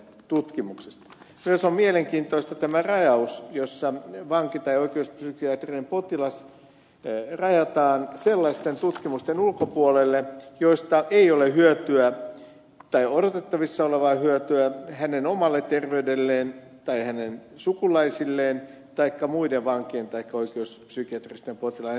myös on mielenkiintoinen tämä rajaus jossa vanki tai oikeuspsykiatrinen potilas rajataan sellaisten tutkimusten ulkopuolelle joista ei ole hyötyä tai odotettavissa olevaa hyötyä hänen omalle terveydelleen tai hänen sukulaisilleen taikka muiden vankien taikka oikeuspsykiatristen potilaiden terveydelle